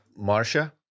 Marsha